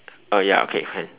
oh ya okay can